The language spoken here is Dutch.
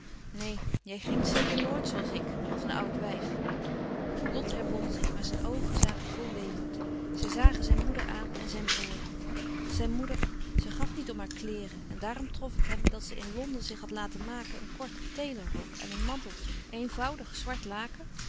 neen jij grient zeker nooit zoo als ik als een oud wijf lot herwon zich maar zijn oogen zagen vol weemoed zij zagen zijn moeder aan en zijn broêr zijn moeder ze gaf niet om haar kleêren en daarom trof het hem dat ze in londen zich had louis couperus van oude menschen de dingen die voorbij gaan laten maken een korten tailor rok en een manteltje eenvoudig zwart laken